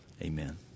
Amen